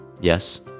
yes